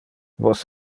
vos